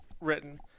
written